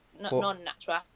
non-natural